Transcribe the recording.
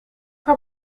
haar